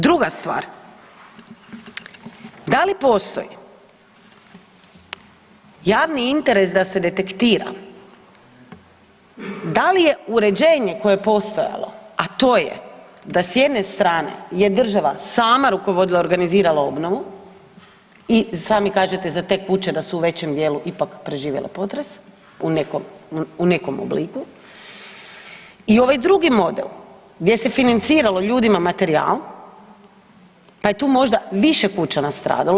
Druga stvar, da li postoji javni interes da se detektira da li je uređenje koje je postojalo, a to je da s jedne strane je država sama rukovodila i organizirala obnovu i sami kažete za te kuće da su u većem dijelu ipak preživjele potres u nekom obliku i ovaj drugi oblik gdje se financiralo ljudima materija, pa je tu možda više kuća nastradalo.